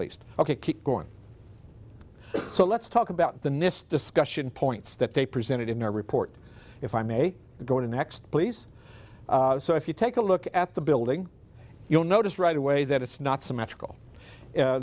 least ok keep going so let's talk about the nist discussion points that they presented in our report if i may go next please so if you take a look at the building you'll notice right away that it's not symmetrical